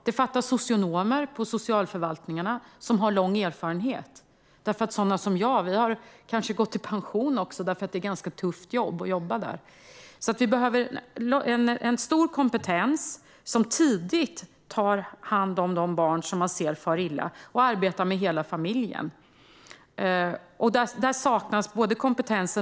Det saknas socionomer med lång erfarenhet på socialförvaltningarna. Sådana som jag kanske har gått i pension för att det är ganska tufft att jobba där. Det behövs alltså en stor kompetens för att man tidigt ska kunna ta hand om de barn som man ser far illa och arbeta med hela familjen. Där saknas kompetens.